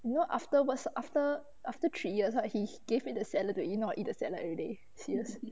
you know afterwards after after three years right he gave me the salad to eat you know I eat the salad everyday serious